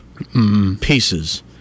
Pieces